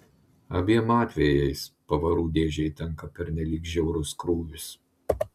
abiem atvejais pavarų dėžei tenka pernelyg žiaurus krūvis